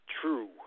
true